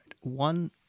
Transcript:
One